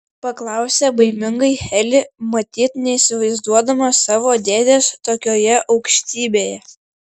paklausė baimingai heli matyt neįsivaizduodama savo dėdės tokioje aukštybėje